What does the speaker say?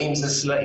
האם זה סלעים,